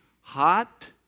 hot